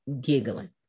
giggling